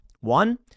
One